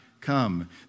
come